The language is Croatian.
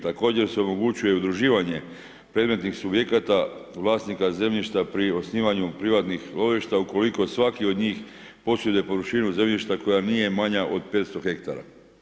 Također se omogućuje udruživanje predmetnih subjekata vlasnika zemljišta pri osnivanju privatnih lovišta ukoliko svaki od njih posjeduje površine zemljišta koja nije manja od 500 ha.